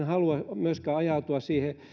halua myöskään ajautua